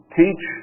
teach